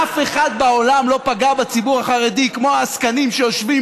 אף אחד בעולם לא פגע בציבור החרדי כמו העסקנים שיושבים